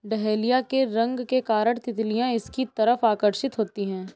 dahlia के रंग के कारण तितलियां इसकी तरफ आकर्षित होती हैं